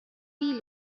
بیل